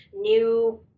new